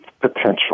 potential